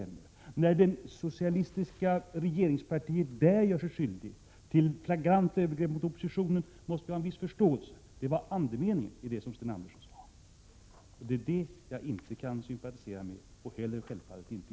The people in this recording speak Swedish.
Vi måste ha en viss förståelse när det socialistiska regeringspartiet i Senegal gör sig skyldigt till flagranta övergrepp mot oppositionen. Så löd andemeningen i det som Sten Andersson sade. Detta kan jag självfallet varken sympatisera med eller instämma i.